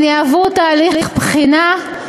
הן יעברו תהליך בחינה,